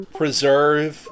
preserve